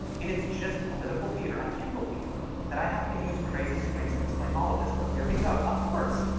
and it's just political theater. i can't believe that i have to use crazy screens to explain all of this, but here we go. up first,